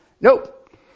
Nope